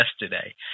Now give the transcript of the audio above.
yesterday